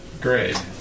Great